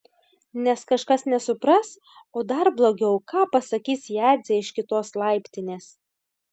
nes kažkas nesupras o dar blogiau ką pasakys jadzė iš kitos laiptinės